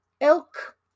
elk